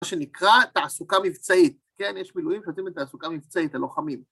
שנקרא תעסוקה מבצעית. כן, יש מילואים שעושים תעסוקה מבצעית ללוחמים.